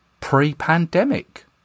pre-pandemic